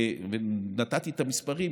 נתתי את המספרים,